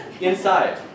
Inside